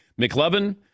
McLevin